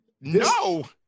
No